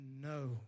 no